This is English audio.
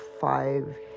five